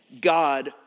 God